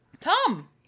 Tom